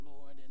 lord